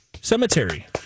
cemetery